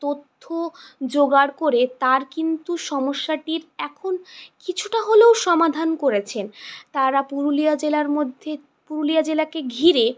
তথ্য জোগাড় করে তার কিন্তু সমস্যাটির এখন কিছুটা হলেও সমাধান করেছেন তারা পুরুলিয়া জেলার মধ্যে পুরুলিয়া জেলাকে ঘিরে